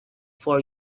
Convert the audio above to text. for